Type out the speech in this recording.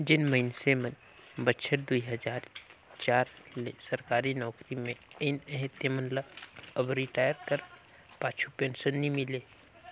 जेन मइनसे मन बछर दुई हजार चार ले सरकारी नउकरी में अइन अहें तेमन ल अब रिटायर कर पाछू पेंसन नी मिले